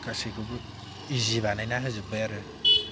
गासैखौबो इजि बानायना होजोबबाय आरो